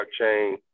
Blockchain